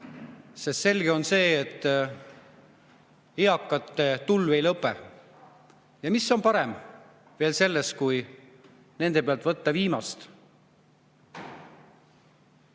sest selge on see, et eakate tulv ei lõpe. Ja mis on parem sellest, et nende pealt võtta veel viimast.